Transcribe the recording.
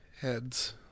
heads